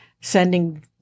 sending